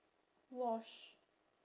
wash